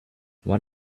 what